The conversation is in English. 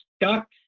ducks